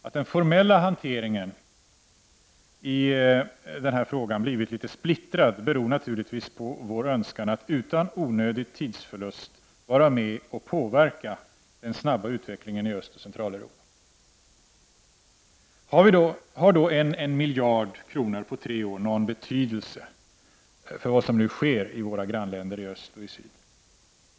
Att den formella hanteringen i denna fråga har blivit litet splittrad beror naturligtvis på vår önskan att utan onödig tidsförlust vara med och påverka den snabba utvecklingen i Östoch Centraleuropa. Har då 1 miljard kronor på tre år någon betydelse för vad som nu sker i våra grannländer i öst och i syd?